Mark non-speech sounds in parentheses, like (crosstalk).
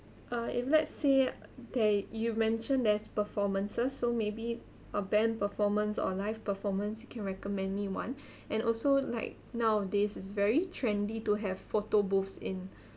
uh if let's say there you mentioned there's performances so maybe a band performance or live performance you can recommend me one (breath) and also like nowadays is very trendy to have photo booths in